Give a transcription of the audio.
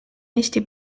eesti